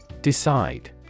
Decide